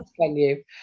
venue